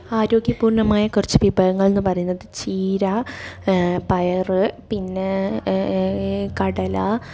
ആരോഗ്യപൂർണ്ണമായ കുറച്ചു വിഭവങ്ങൾന്നു പറയുന്നത് ചീര പയർ പിന്നെ കടല